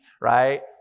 right